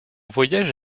voyage